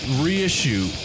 Reissue